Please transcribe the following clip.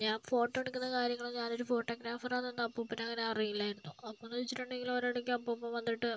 ഞാൻ ഫോട്ടോ എടുക്കുന്ന കാര്യങ്ങളും ഞാനൊരു ഫോട്ടോഗ്രഫറാന്നൊന്നും അപ്പൂപ്പന് അങ്ങനെ അറിയില്ലായിരുന്നു അപ്പോഴെന്ന് വച്ചിട്ടുണ്ടെങ്കിൽ ഒരിടയ്ക്ക് അപ്പൂപ്പൻ വന്നിട്ട്